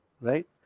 Right